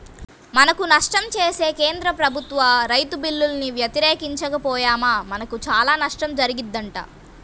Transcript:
మనకు నష్టం చేసే కేంద్ర ప్రభుత్వ రైతు బిల్లుల్ని వ్యతిరేకించక పొయ్యామా మనకు చానా నష్టం జరిగిద్దంట